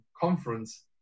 conference